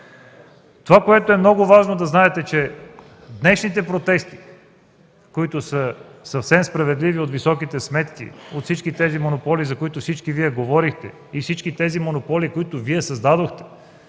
Това, което е много важно да знаете, е, че днешните протести, които са съвсем справедливи от високите сметки, от всички тези монополи, за които всички Вие говорихте и всички тези монополи, които Вие създадохте.